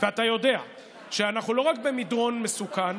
ואתה יודע שאנחנו לא רק במדרון מסוכן,